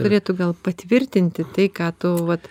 turėtų gal patvirtinti tai ką tu vat